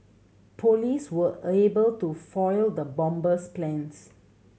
police were able to foil the bomber's plans